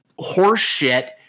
horseshit